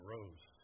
Rose